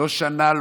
לא שנה,